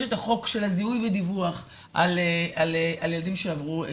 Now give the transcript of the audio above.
יש את החוק של הזיהוי ודיווח על ילדים שעברו התעללות.